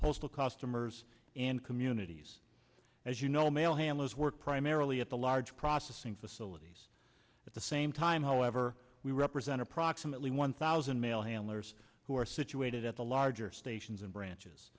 postal customers and communities as you know mail handlers work primarily at the large processing facilities at the same time however we represent approximately one thousand mail handlers who are situated at the larger stations and branches